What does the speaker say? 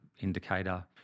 indicator